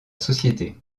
société